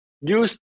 use